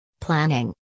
Planning